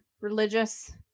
religious